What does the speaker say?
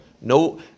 No